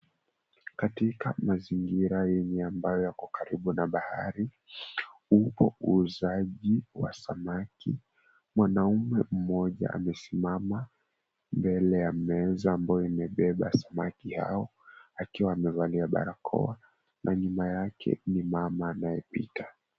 Katika mazingina yenye ambayo iko karibu na bahari, upo uuzaji wa samaki. Mwanaume mmoja amesimama mbele ya meza ambayo imebeba samaki hawa akiwa amevalia barakoa na nyuma yake ni mama anayepita.